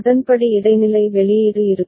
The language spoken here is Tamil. அதன்படி இடைநிலை வெளியீடு இருக்கும்